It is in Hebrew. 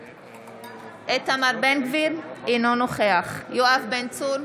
בעד איתמר בן גביר, אינו נוכח יואב בן צור,